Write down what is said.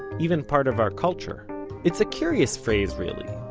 even part of our culture it's a curious phrase really.